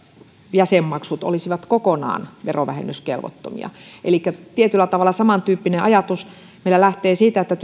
jäsenmaksut olisivat kokonaan verovähennyskelvottomia elikkä tietyllä tavalla samantyyppinen ajatus lähtee meillä siitä että